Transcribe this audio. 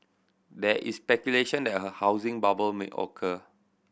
there is speculation that a housing bubble may occur